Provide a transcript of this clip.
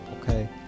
okay